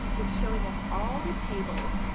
it's showing us all the tables,